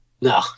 No